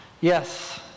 Yes